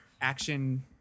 action